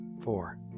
Four